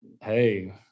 Hey